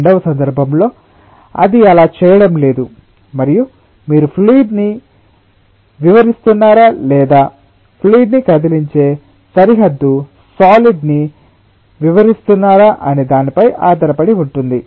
రెండవ సందర్భంలో అది అలా చేయడం లేదు మరియు మీరు ఫ్లూయిడ్ ని వివరిస్తున్నారా లేదా ఫ్లూయిడ్ ని కదిలించే సరిహద్దు సాలిడ్ ని వివరిస్తున్నారా అనే దానిపై ఆధారపడి ఉంటుంది